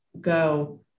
go